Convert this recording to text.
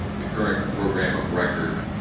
the current program of record